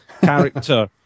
character